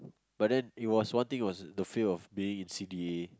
but then it was one thing was the fear of being in C_D_A